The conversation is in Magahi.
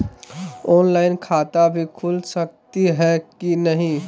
ऑनलाइन खाता भी खुल सकली है कि नही?